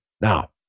Now